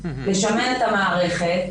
לשמר את המערכת,